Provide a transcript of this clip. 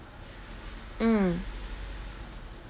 mm